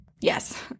Yes